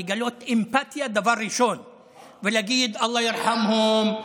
לגלות אמפתיה דבר ראשון ולהגיד: אללה ירחמהום,